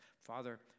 Father